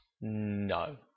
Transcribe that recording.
No